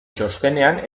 txostenean